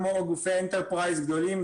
כמו גופי enterprise גדולים,